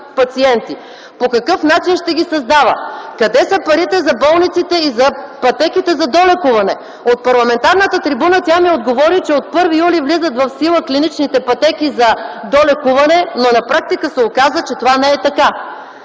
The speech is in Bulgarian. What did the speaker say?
По какъв начин ще ги създава? Къде са парите за болниците и за пътеките за долекуване? От парламентарната трибуна тя ми отговори, че от 1 юли т.г. влизат в сила клиничните пътеки за долекуване, но на практика се оказа, че това не е така.